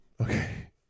Okay